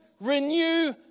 renew